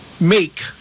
make